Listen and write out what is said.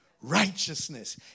righteousness